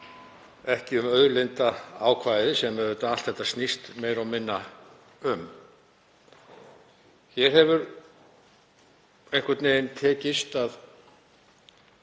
ekki um auðlindaákvæðið sem allt þetta snýst meira og minna um. Hér hefur einhvern veginn tekist að